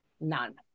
None